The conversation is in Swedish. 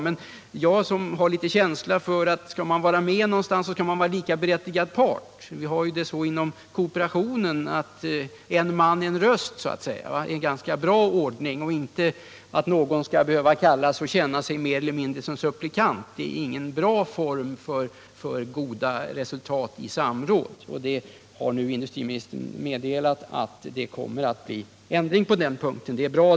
Men jag tycker att skall man vara med i något sammanhang skall man vara likaberättigad part. Ingen som kallas skall behöva känna sig mer eller mindre som supplikant. Det är ingen bra form, om man vill nå resultat i samråd. Nu har också industriministern meddelat att det kommer att bli ändring på den punkten, och det är bra.